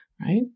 right